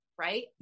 right